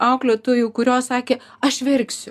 auklėtojų kurios sakė aš verksiu